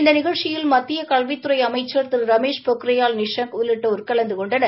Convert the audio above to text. இந்த நிகழ்ச்சியில் மத்திய கல்வித்துறை அமைச்சர் திரு ரமேஷ் பொக்ரியால் நிஷாங் உள்ளிட்டோர் கலந்து கொண்டனர்